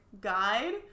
guide